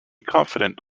confident